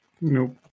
Nope